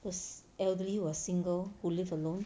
cause elderly was single who live alone